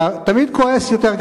אתה תמיד כועס יותר,